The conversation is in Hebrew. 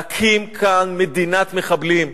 להקים כאן מדינת מחבלים.